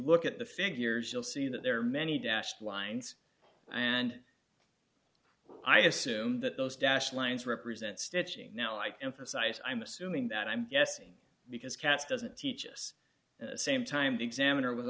look at the figures you'll see that there are many dashed lines and i assume that those dash lines represent stitching now i like to emphasize i'm assuming that i'm guessing because cats doesn't teach us same time the examiner was